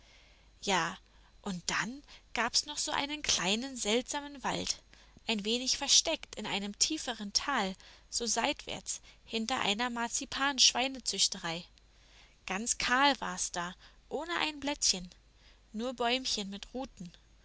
ja und dann gab's noch so einen kleinen seltsamen wald ein wenig versteckt in einem tieferen tal so seitwärts hinter einer marzipanschweinezüchterei ganz kahl war's da ohne ein blättchen nur bäumchen mit ruten